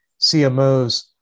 CMOs